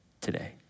today